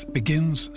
begins